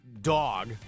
dog